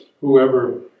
Whoever